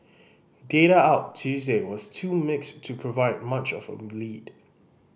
data out Tuesday was too mixed to provide much of a lead